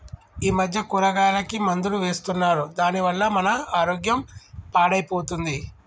ఈ మధ్య కూరగాయలకి మందులు వేస్తున్నారు దాని వల్ల మన ఆరోగ్యం పాడైపోతుంది